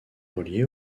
reliée